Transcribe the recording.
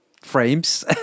frames